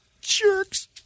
Jerks